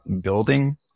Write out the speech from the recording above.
building